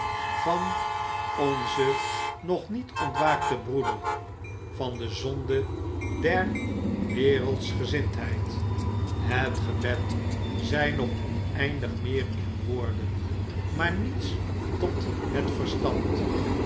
van onzen nog niet ontwaakten broeder van de zonde der wereldschgezindheid het gebed zei nog oneindig meer in woorden maar niets tot het verstand